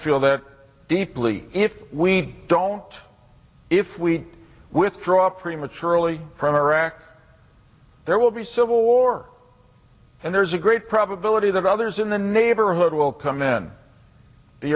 feel that deeply if we don't if we withdraw prematurely from iraq there will be civil war and there's a great probability that others in the neighborhood will come in the